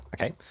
Okay